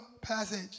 Passage